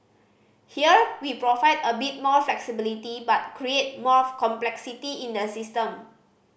here we provide a bit more flexibility but create more complexity in the system